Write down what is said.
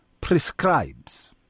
prescribes